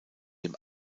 dem